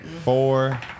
Four